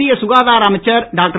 மத்திய சுகாதார அமைச்சர் டாக்டர்